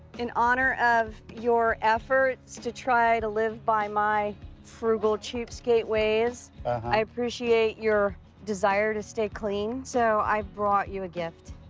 in honor of your efforts to try to live by my frugal, cheapskate ways i appreciate your desire to stay clean, so i brought you a gift.